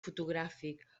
fotogràfic